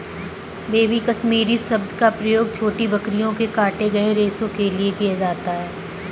baby Kashmiri शब्द का प्रयोग छोटी बकरियों के काटे गए रेशो के लिए किया जाता है